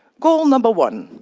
goal number one